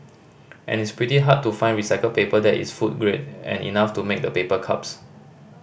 and it's pretty hard to find recycled paper that is food grade and enough to make the paper cups